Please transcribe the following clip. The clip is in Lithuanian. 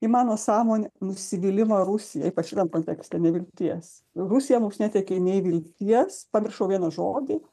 į mano sąmonę nusivylimą rusija ypač šitam kontekste nevilties rusija mums neteikė nei vilties pamiršau vieną žodį